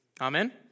Amen